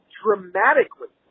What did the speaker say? dramatically